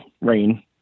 rain